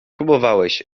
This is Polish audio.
próbowałeś